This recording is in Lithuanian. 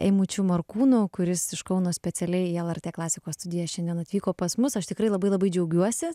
eimučiu markūnu kuris iš kauno specialiai į lrt klasikos studiją šiandien atvyko pas mus aš tikrai labai labai džiaugiuosi